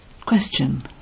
Question